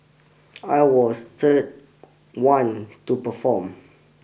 I was third one to perform